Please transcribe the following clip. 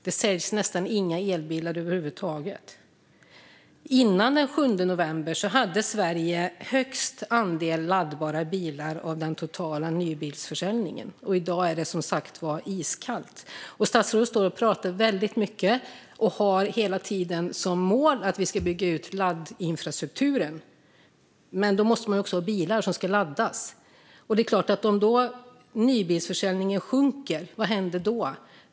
Det säljs nästan inga elbilar över huvud taget. Före den 7 november hade Sverige högst andel laddbara bilar av den totala nybilsförsäljningen. I dag är det som sagt iskallt. Statsrådet står och pratar väldigt mycket och har hela tiden som mål att vi ska bygga ut laddinfrastrukturen. Men då måste man också ha bilar som ska laddas. Om nybilsförsäljningen sjunker, vad händer då?